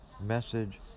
message